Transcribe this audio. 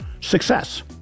success